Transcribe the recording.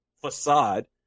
facade